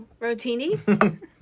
Rotini